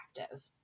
active